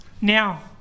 now